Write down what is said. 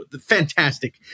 fantastic